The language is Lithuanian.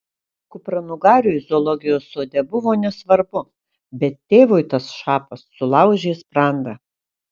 kupranugariui zoologijos sode buvo nesvarbu bet tėvui tas šapas sulaužė sprandą